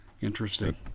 Interesting